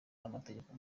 n’amategeko